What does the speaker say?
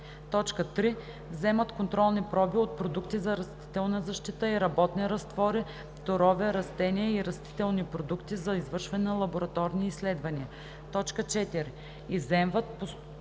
3. вземат контролни проби от продукти за растителна защита и работни разтвори, торове, растения и растителни продукти за извършване на лабораторни изследвания; 4. изземват, поставят